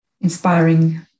inspiring